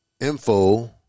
info